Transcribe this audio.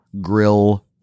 grill